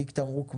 תיק תמרוק מלא.